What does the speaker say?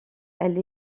elle